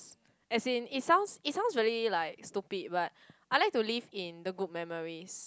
as in it sounds it sounds really like stupid but I like to live in the good memories